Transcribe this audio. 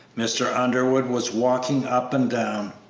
mr. underwood was walking up and